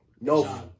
No